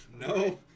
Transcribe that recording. No